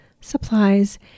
supplies